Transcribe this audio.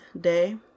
Day